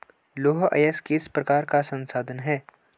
लौह अयस्क किस प्रकार का संसाधन है?